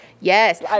yes